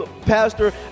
Pastor